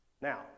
Now